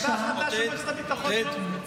זו הייתה החלטה של מועצת הביטחון של האו"ם,